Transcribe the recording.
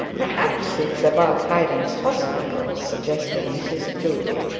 perhaps it's about hiram's hospital suggested mrs proudie.